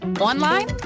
online